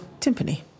timpani